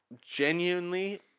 genuinely